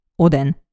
Oden